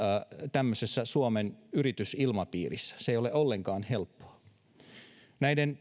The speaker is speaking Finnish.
tämmöisessä suomen yritysilmapiirissä se ei ole ollenkaan helppoa näiden